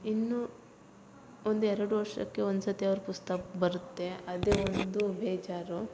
ಇನ್ನು ಒಂದು ಎರಡು ವರ್ಷಕ್ಕೆ ಒಂದು ಸರ್ತಿ ಅವ್ರ ಪುಸ್ತಕ ಬರುತ್ತೆ ಅದೇ ಒಂದು ಬೇಜಾರು